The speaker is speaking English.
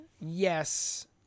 yes